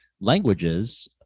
languages